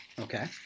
Okay